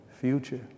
future